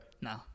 No